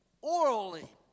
orally